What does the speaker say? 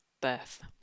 birth